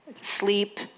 sleep